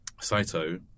Saito